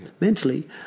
mentally